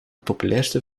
populairste